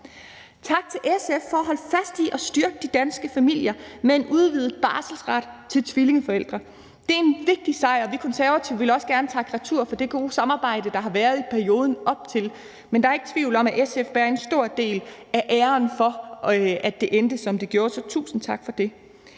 Tak til SF for at holde fast i at styrke de danske familier med en udvidet barselsret til tvillingeforældre; det er en vigtig sejr. Og vi Konservative vil også gerne takke retur for det gode samarbejde, der har været i perioden op til, men der er ikke tvivl om, at SF bærer en stor del af æren for, at det endte, som det gjorde. Så tusind tak for det.